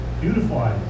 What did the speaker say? beautiful